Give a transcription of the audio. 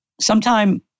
sometime